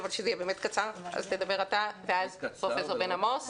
מספיק בהיבטים הפוליטיים.